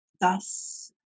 Thus